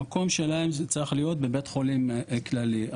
המקום שלהם צריך להיות בבית חולים כללי.